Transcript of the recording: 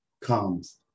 comes